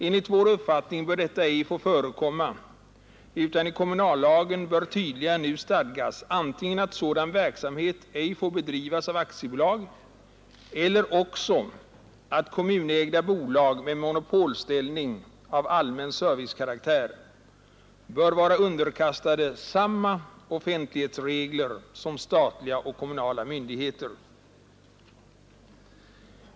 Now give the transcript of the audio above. Enligt vår uppfattning bör detta ej få förekomma, utan i kommunallagen bör tydligare än nu stadgas antingen att sådan verksamhet ej får bedrivas i aktiebolagsform eller att kommunägda bolag av allmän servicekaraktär, med monopolställning, bör vara underkastade samma offentlighetsregler som statliga och kommunala myndigheter.